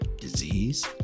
disease